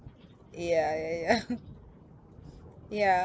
ya ya ya ya ya